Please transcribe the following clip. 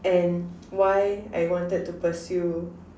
and why I wanted to pursue